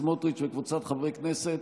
סמוטריץ' וקבוצת חברי הכנסת,